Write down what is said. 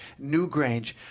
Newgrange